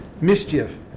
mischief